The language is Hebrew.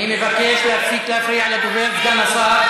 אני מבקש להפסיק להפריע לדובר, סגן השר.